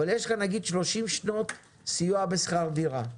אבל יש לאדם למשל 30 שנות סיוע בשכר דירה,